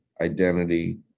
identity